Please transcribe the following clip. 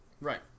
Right